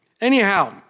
Anyhow